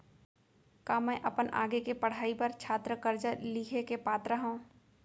का मै अपन आगे के पढ़ाई बर छात्र कर्जा लिहे के पात्र हव?